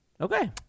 okay